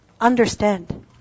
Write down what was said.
understand